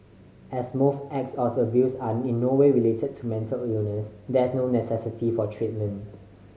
as most acts of abuse are in no way related to mental illness there is no necessity for treatment